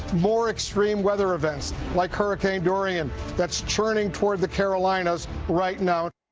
more extreme weather events like hurricane dorian that's turning towards the carolinas right now.